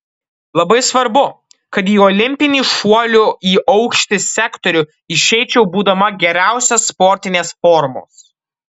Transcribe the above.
labai svarbu kad į olimpinį šuolių į aukštį sektorių išeičiau būdama geriausios sportinės formos